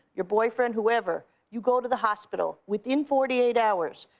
your boyfriend, whoever, you go to the hospital within forty eight hours.